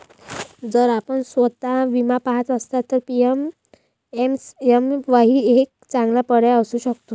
जर आपण स्वस्त विमा पहात असाल तर पी.एम.एस.एम.वाई एक चांगला पर्याय असू शकतो